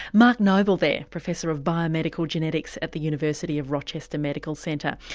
mark noble there, professor of biomedical genetics at the university of rochester medical center,